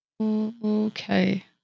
Okay